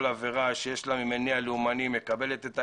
כל עבירה שיש לה מניע לאומני מקבלת את ה